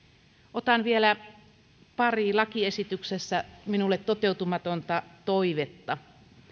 otan esiin vielä pari lakiesityksessä minulle toteutumatonta toivetta